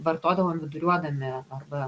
vartodavom viduriuodami arba